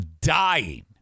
dying